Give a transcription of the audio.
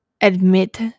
admit